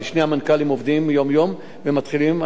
שני המנכ"לים עובדים יום-יום ומתחילים,